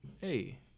Hey